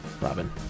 Robin